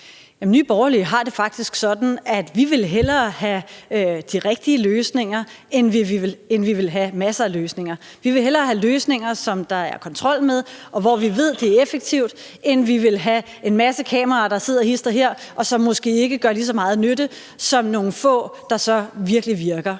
Nye Borgerlige har det faktisk sådan, at vi hellere vil have de rigtige løsninger, end vi vil have masser af løsninger. Vi vil hellere have løsninger, som der er kontrollen med, og hvor vi ved det er effektivt, end vi vil have en masse kameraer, der sidder hist og her, og som måske ikke gør lige så meget nytte som nogle få, der så virkelig virker.